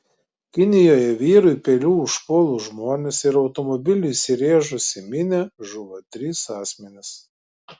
kinijoje vyrui peiliu užpuolus žmones ir automobiliu įsirėžus į minią žuvo trys asmenys